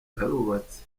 arubatse